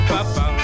Papa